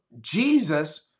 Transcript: Jesus